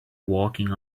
walking